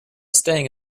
staying